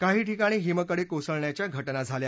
काही ठिकाणी हिमकडे कोसळण्याच्या घटना झाल्या